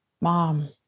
mom